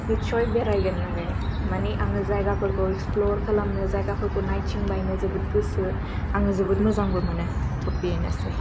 निससय बेरामफोर आरो मानि आं जायगाफोरखौ इक्सफ्ल'र खालामनो जायगाफोरखौ नायथिंबायनो जोबोत गोसो आङो जोबोत मोजांबो मोनो जोब्बायानोसै